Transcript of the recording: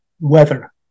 weather